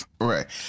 Right